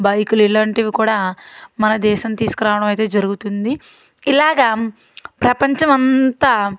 బైకులు ఇలాంటివి కూడా మన దేశం తీసుకురావడం అయితే జరుగుతుంది ఇలాగా ప్రపంచమంతా